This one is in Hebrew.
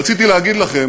רציתי להגיד לכם